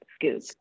scoop